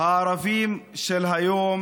הערבים של היום